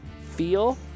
feel